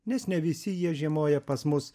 nes ne visi jie žiemoja pas mus